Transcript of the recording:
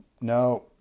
No